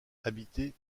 habitées